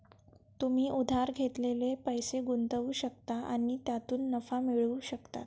तुम्ही उधार घेतलेले पैसे गुंतवू शकता आणि त्यातून नफा मिळवू शकता